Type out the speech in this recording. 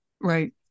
right